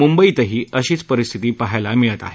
मुंबईतही अशीच परिस्थिती पहावयास मिळत आहे